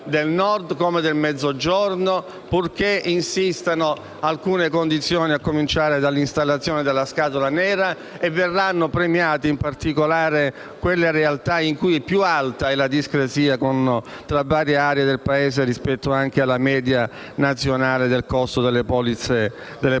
del Nord come del Mezzogiorno, purché insistano alcune condizioni, a cominciare dall'installazione della scatola nera. Verranno premiate in particolare quelle realtà in cui più alta è la discrasia rispetto alla media nazionale del costo delle polizze auto.